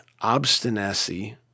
obstinacy